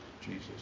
Jesus